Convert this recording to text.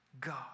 God